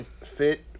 fit